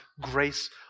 grace